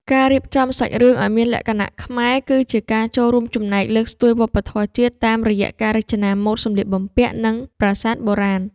ការរៀបចំសាច់រឿងឱ្យមានលក្ខណៈខ្មែរគឺជាការចូលរួមចំណែកលើកស្ទួយវប្បធម៌ជាតិ តាមរយៈការរចនាម៉ូដសម្លៀកបំពាក់ និង ប្រាសាទបុរាណ។